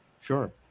Sure